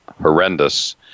horrendous